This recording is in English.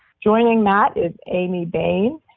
joining matt is amy bain.